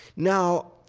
now,